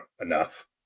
enough